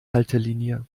haltelinie